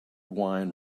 wine